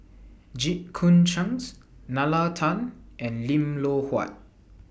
Jit Koon Ch'ng Nalla Tan and Lim Loh Huat